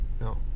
No